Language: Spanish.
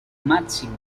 máxima